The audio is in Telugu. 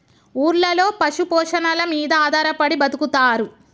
ఊర్లలో పశు పోషణల మీద ఆధారపడి బతుకుతారు